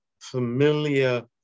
familiar